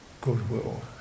goodwill